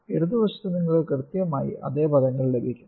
ഇടത് വശത്ത് നിങ്ങൾക്ക് കൃത്യമായി അതേ പദങ്ങൾ ലഭിക്കും